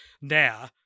now